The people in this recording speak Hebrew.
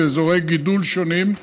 ובאזורי גידול שונים.